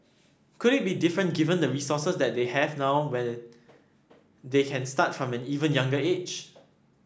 could it be different given the resources that they have now where they can start from an even younger age